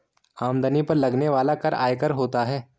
आमदनी पर लगने वाला कर आयकर होता है